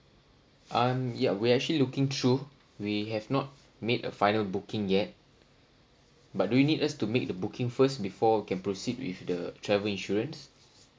um ya we actually looking through we have not made a final booking yet but do you need us to make the booking first before can proceed with the travel insurance